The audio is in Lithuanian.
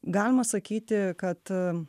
galima sakyti kad